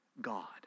God